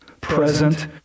Present